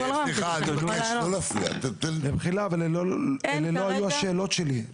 תשובות מדהימות, אבל אלה לא היו השאלות שלי.